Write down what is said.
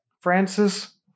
Francis